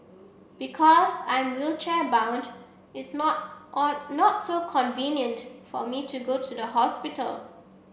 because I'm wheelchair bound it's not on not so convenient for me to go to the hospital